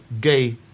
gay